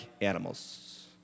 animals